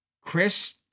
Chris